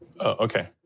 okay